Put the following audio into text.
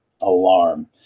alarm